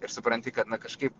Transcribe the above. ir supranti kad na kažkaip